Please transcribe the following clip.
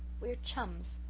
we are chums.